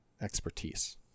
expertise